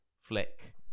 flick